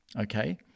okay